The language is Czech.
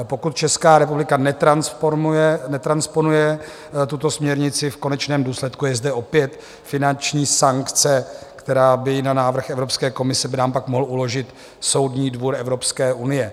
Pokud Česká republika netransponuje tuto směrnici, v konečném důsledku je zde opět finanční sankce, kterou by na návrh Evropské komise by nám pak mohl uložit Soudní dvůr Evropské unie.